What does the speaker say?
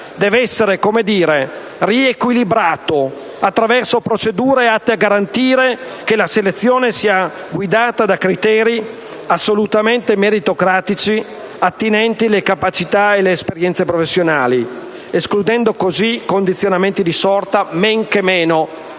deve essere riequilibrato attraverso procedure atte a garantire che la selezione sia guidata da criteri assolutamente meritocratici attinenti le capacità e le esperienze professionali, escludendo così condizionamenti di sorta, men che meno di